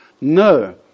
No